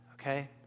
okay